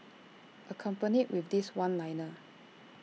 accompanied with this one liner